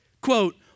Quote